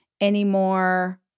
anymore